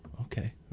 okay